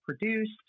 produced